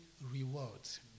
rewards